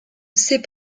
ses